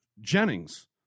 Jennings